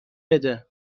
بده